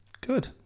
good